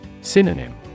Synonym